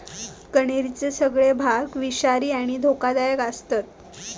कण्हेरीचे सगळे भाग विषारी आणि धोकादायक आसतत